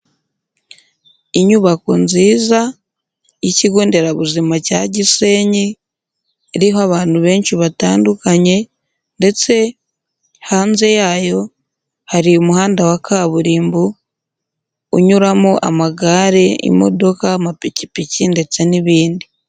Inyubako nziza y'ikigo nderabuzima cya Gisenyi, iriho abantu benshi batandukanye ndetse hanze yayo hari umuhanda wa kaburimbo, unyuramo amagare, imodoka, amapikipiki ndetse n'ibindi.